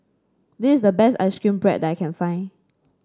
this is the best ice cream bread that I can find